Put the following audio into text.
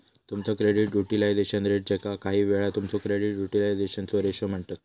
तुमचा credit utilisation rate, ज्याका काहीवेळा तुमचो क्रेडिट युटिलायझेशन रेशो म्हणतत